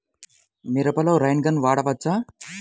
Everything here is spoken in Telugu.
మిరపలో రైన్ గన్ వాడవచ్చా?